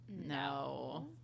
no